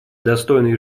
достойной